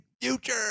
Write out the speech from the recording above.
future